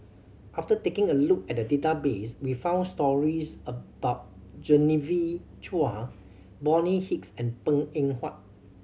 after taking a look at the database we found stories about Genevieve Chua Bonny Hicks and Png Eng Huat